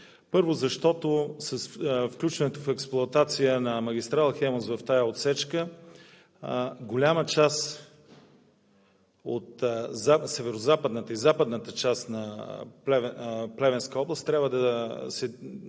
Първо, защото с включването в експлоатация на магистрала „Хемус“ в тази ѝ отсечка, голяма част от северозападната и западната част на Плевенска област може да се облекчи